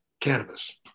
cannabis